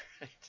Right